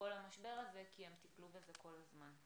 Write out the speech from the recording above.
למשבר הזה כי הם טיפלו בזה כל הזמן.